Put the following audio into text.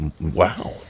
Wow